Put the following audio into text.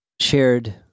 shared